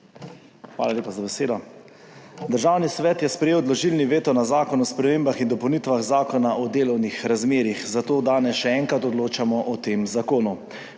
Hvala lepa za besedo. Državni svet je sprejel odložilni veto na Zakon o spremembah in dopolnitvah Zakona o delovnih razmerjih, zato danes še enkrat odločamo o tem zakonu.